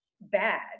bad